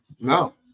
No